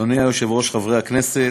אדוני היושב-ראש, חברי הכנסת,